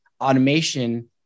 automation